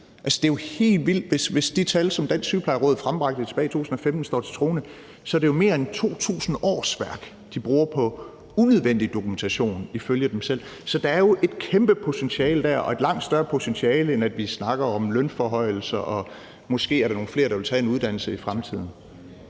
hvis de tal, som Dansk Sygeplejeråd frembragte tilbage 2015, står til troende, for så er det jo mere end 2.000 årsværk, de bruger på unødvendig dokumentation, ifølge dem selv. Så der er der jo et kæmpe potentiale og et langt større potentiale, end at vi snakker om lønforhøjelser, og at der måske er nogle flere, der vil tage en uddannelse i fremtiden.